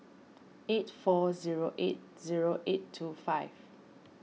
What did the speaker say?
eight four zero eight zero eight two five